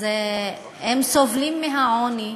הם סובלים מהעוני,